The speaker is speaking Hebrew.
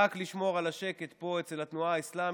רק לשמור על השקט פה אצל התנועה האסלאמית,